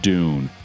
Dune